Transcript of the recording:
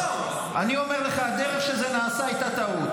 אני אומר לך שהדרך שבה זה נעשה הייתה טעות.